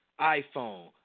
iPhone